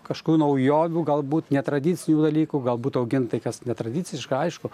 kažkokių naujovių galbūt netradicinių dalykų galbūt augint tai kas netradiciška aišku